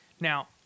Now